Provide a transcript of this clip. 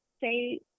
say